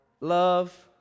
love